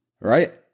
Right